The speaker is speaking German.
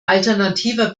alternativer